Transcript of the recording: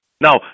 Now